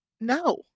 No